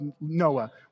Noah